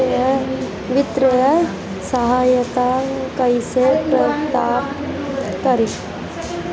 वित्तीय सहायता कइसे प्राप्त करी?